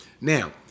Now